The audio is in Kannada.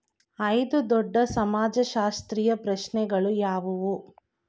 ಐದು ದೊಡ್ಡ ಸಮಾಜಶಾಸ್ತ್ರೀಯ ಪ್ರಶ್ನೆಗಳು ಯಾವುವು?